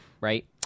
right